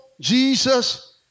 Jesus